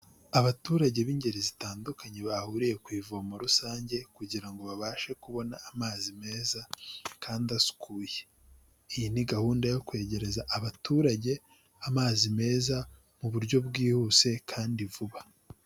Abaturage b'ingeri zitandukanye bahuriye ku ivomo rusange kugira babashe kubona amazi meza kandi asukuye. Iyi ni gahunda yo kwegereza abaturage amazi meza mu buryo bwihuse kandi vuba.